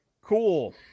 Cool